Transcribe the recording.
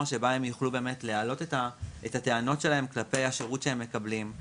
שהם יוכלו להעלות את הטענות שלהם על השירות שהם מקבלים.